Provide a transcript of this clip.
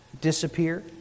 disappear